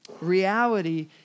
Reality